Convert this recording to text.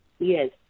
Yes